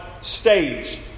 stage